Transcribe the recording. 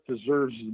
deserves